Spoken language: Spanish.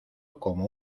como